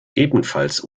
ebenfalls